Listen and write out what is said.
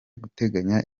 guteganya